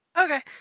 Okay